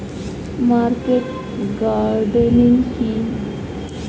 Market gardening কি?